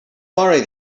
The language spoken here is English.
worry